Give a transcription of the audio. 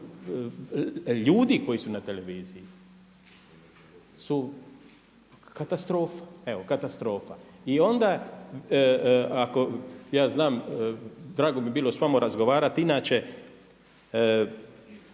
ljudi koji su na televiziji su katastrofa. Evo katastrofa. I onda ako ja znam, drago bi bilo sa vama razgovarati inače